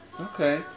Okay